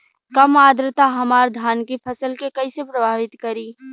कम आद्रता हमार धान के फसल के कइसे प्रभावित करी?